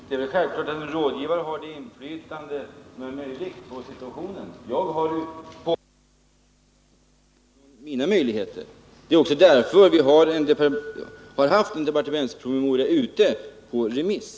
Herr talman! Det är väl självklart att en rådgivare har det inflytande på situationen som är möjligt. Jag har påverkat utvecklingen i enlighet med mina möjligheter. Det är också därför vi har haft en departementspromemoria ute på remiss.